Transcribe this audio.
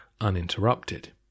uninterrupted